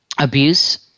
abuse